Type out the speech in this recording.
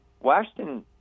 Washington